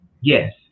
yes